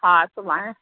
हा सुबाणे